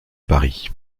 paris